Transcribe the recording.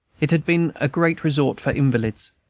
it had been a great resort for invalids,